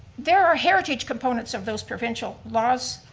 there are heritage components of those provincial laws,